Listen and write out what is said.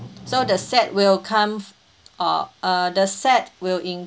so the set will come uh uh the set will in~